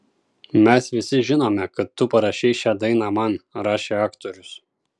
mes visi žinome kad tu parašei šią dainą man rašė aktorius